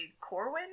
Corwin